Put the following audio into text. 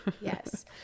Yes